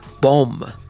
bomb